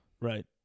Right